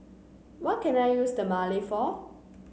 what can I use Dermale for